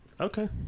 Okay